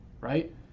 right